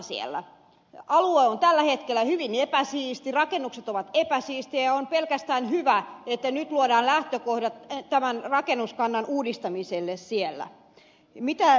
alue on tällä hetkellä hyvin epäsiisti rakennukset ovat epäsiistejä ja on pelkästään hyvä että nyt luodaan lähtökohdat tämän rakennuskannan uudistamiselle siellä